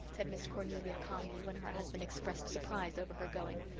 said miss cornelia calmly, when her husband expressed surprise over her going,